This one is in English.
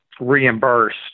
reimbursed